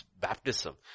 baptism